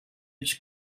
his